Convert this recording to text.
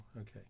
okay